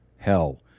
Hell